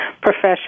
profession